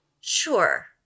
Sure